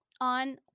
on